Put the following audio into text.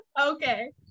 okay